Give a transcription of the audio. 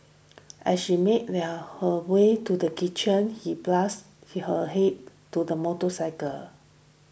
as she made well her way to the kitchen he bashed her head to the motorcycle